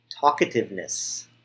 Talkativeness